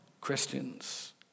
Christians